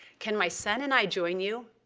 can my son and i join you?